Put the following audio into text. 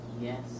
Yes